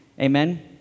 Amen